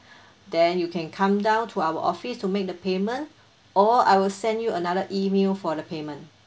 then you can come down to our office to make the payment or I will send you another email for the payment